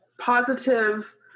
positive